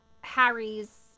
Harry's